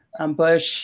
Bush